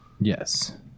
Yes